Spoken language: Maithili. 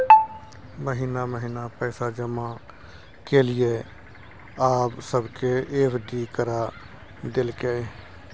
महिना महिना पैसा जमा केलियै आब सबके एफ.डी करा देलकै